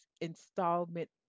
installment